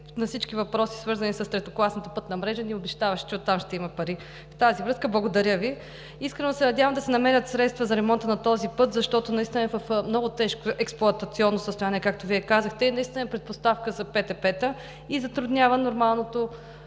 на всички въпроси, свързани с третокласната пътна мрежа, ни обещаваше, че оттам ще има пари. В тази връзка Ви благодаря. Искрено се надявам да се намерят средства за ремонта на този път, защото наистина е в много тежко експлоатационно състояние, както Вие казахте, предпоставка е за ПТП-та и затруднява нормалното